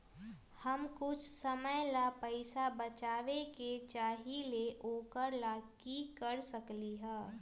हम कुछ समय ला पैसा बचाबे के चाहईले ओकरा ला की कर सकली ह?